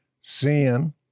sin